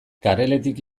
kareletik